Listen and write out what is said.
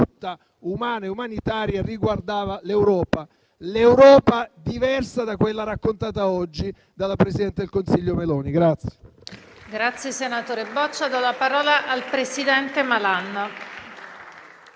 umana e umanitaria e che riguardava l'Europa: una Europa diversa da quella raccontata oggi dalla presidente del Consiglio Meloni.